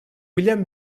william